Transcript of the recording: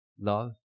love